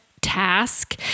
task